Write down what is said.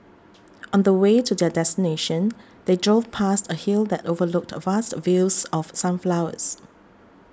on the way to their destination they drove past a hill that overlooked a vast fields of sunflowers